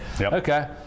Okay